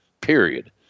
period